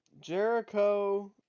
Jericho